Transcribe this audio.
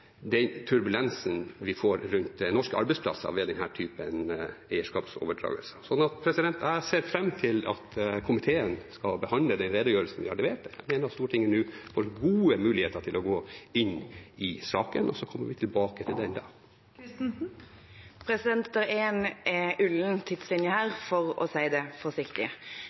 den turbulensen vi får rundt norske arbeidsplasser ved denne typen eierskapsoverdragelse. Jeg ser fram til at komiteen skal behandle den redegjørelsen vi har levert. Jeg mener at Stortinget nå får gode muligheter til å gå inn i saken, og så kommer vi tilbake til den da. Det er en ullen tidslinje her, for å si det